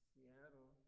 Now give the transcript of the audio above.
Seattle